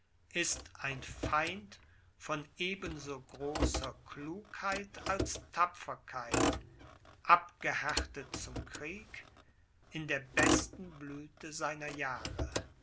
ist ein feind von eben so großer klugheit als tapferkeit abgehärtet zum krieg in der besten blüthe seiner jahre